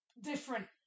different